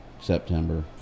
September